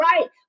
right